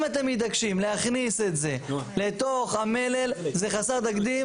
אם אתם מתעקשים להכניס את זה לתוך המלל זה חסר תקדים,